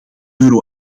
euro